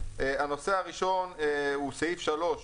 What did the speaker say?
הנושא הראשון הוא סעיף 3,